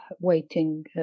waiting